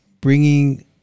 bringing